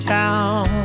town